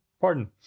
Pardon